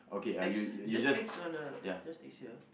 X just X on the just X here